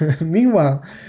meanwhile